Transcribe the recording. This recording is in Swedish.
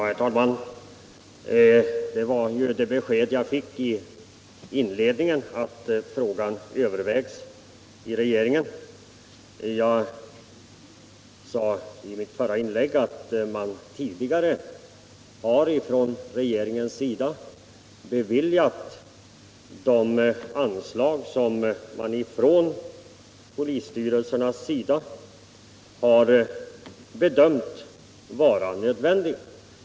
Herr talman! Att frågan övervägs i regeringen var ju det besked jag fick i inledningen. Jag sade i mitt förra inlägg att man tidigare från regeringens sida har beviljat de anslag som polisstyrelserna har bedömt vara nödvändiga.